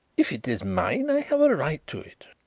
if it is mine i have a right to it,